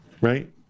right